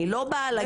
אני לא באה להגיד.